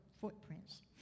footprints